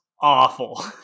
awful